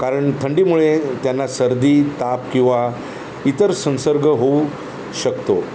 कारण थंडीमुळे त्यांना सर्दी ताप किंवा इतर संसर्ग होऊ शकतो